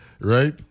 right